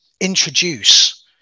introduce